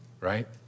right